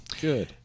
good